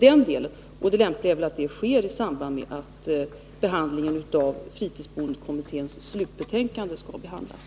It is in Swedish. Det lämpligaste är väl att det sker i samband med att fritidsboendekommitténs slutbetänkande skall behandlas.